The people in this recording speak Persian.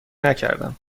نکردم